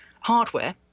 hardware